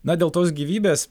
na dėl tos gyvybės